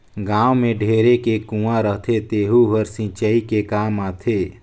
गाँव में ढेरे के कुँआ रहथे तेहूं हर सिंचई के काम आथे